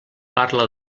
parla